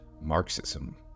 Marxism